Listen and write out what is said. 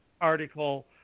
article